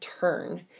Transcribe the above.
turn